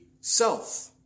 self